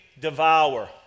devour